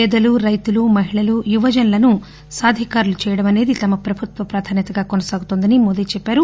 పేదలు రైతులు మహిళలు యువజనులను సాధికారులు చేయడమనేది తమ ప్రభుత్వ ప్రాధాన్యతగా కొనసాగుతోందని మోదీ చెప్పారు